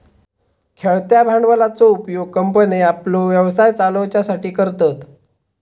खेळत्या भांडवलाचो उपयोग कंपन्ये आपलो व्यवसाय चलवच्यासाठी करतत